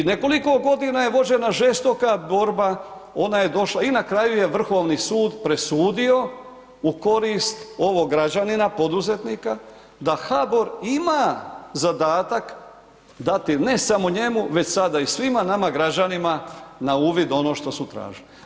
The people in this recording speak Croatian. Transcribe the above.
I nekoliko godina je vođena žestoka borba, ona je došla i na kraju je Vrhovni sud presudio u korist ovog građanina poduzetnika da HABOR ima zadatak dati ne samo njemu već sada i svima nama građanima na uvid ono što su tražili.